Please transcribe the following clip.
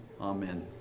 amen